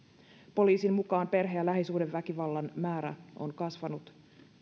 poliisin mukaan perhe ja lähisuhdeväkivallan määrä on kasvanut